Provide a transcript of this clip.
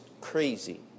crazy